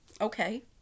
okay